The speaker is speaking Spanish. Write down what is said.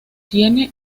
tiene